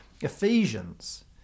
Ephesians